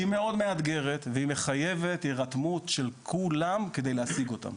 היא מאוד מאתגרת והיא מחייבת הירתמות של כולם על מנת להשיג אותה.